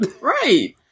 Right